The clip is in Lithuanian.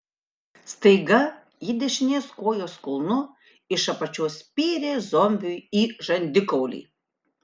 staiga ji dešinės kojos kulnu iš apačios spyrė zombiui į žandikaulį